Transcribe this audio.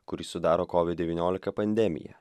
kurį sudaro kovid devyniolika pandemija